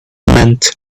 meant